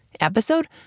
episode